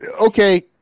Okay